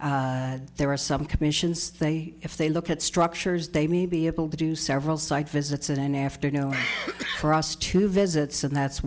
there are some commissions if they look at structures they may be able to do several site visits in an afternoon for us to visit so that's